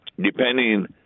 depending